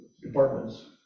departments